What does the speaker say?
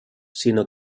sinó